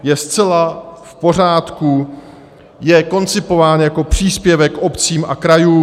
Je zcela v pořádku, je koncipován jako příspěvek obcím a krajům.